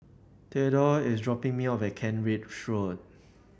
Thedore is dropping me off at Kent Ridge Road